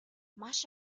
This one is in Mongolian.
маш